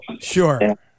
sure